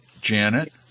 Janet